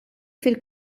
fil